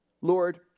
Lord